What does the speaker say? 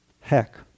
heck